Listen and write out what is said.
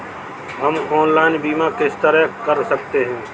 हम ऑनलाइन बीमा किस तरह कर सकते हैं?